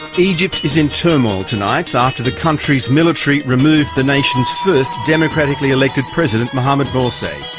egypt is in turmoil tonight ah after the country's military removed the nation's first democratically elected president, mohammad morsi.